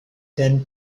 then